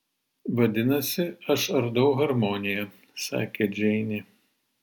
vadinasi aš ardau harmoniją sako džeinė